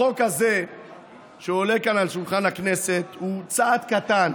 החוק הזה שעולה כאן על שולחן הכנסת הוא צעד קטן